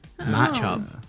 matchup